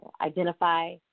identify